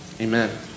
Amen